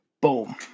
Boom